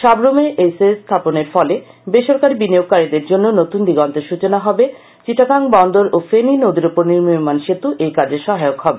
সাব্রুমে এই সেজ স্থাপনের ফলে বেসরকারী বিনিয়োগকারীদের জন্য নতুন দিগন্তের সচনা হবে চিটাগাঙ বন্দর ও ফেনী নদীর উপর নির্মীয়মান সেতৃ এই কাজে সহায়ক হবে